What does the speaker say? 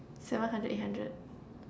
seven hundred eight hundred